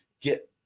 get